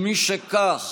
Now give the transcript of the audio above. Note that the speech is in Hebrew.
משכך,